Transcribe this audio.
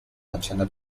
faccenda